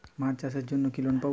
মাছ চাষের জন্য কি লোন পাব?